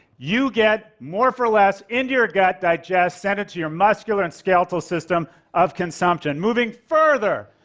you get more for less into your gut digest, send it to your muscular and skeletal system of consumption. moving further,